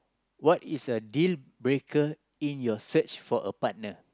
what is a deal breaker in your search for a partner